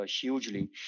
hugely